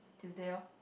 Tuesday lor